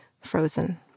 frozen